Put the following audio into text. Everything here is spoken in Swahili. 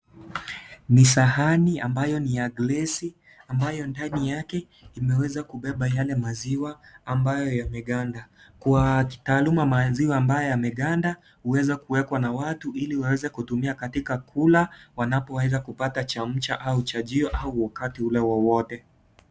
Ni sahani ambayo ni ya glesi , ambayo ndani yake imeweza kubeba yale maziwa ambayo yameganda. Kwa kitaaluma maziwa ambayo yameganda huweza kuwekwa na watu ili waweze kutumia katika kula, wanapo weza kupata chamcha au chajio au wakati ule wowote.